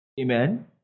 amen